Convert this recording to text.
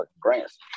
grants